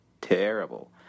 terrible